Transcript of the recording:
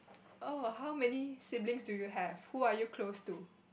oh how many siblings do you have who are you close to